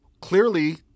Clearly